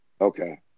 Okay